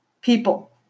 people